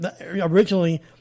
originally